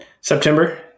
September